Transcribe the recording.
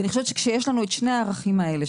כשיש לנו את שני הערכים אלה,